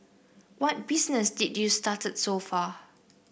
what business did u started so far